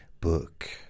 book